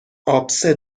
آبسه